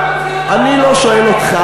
אני לא שואל אותך,